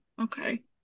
okay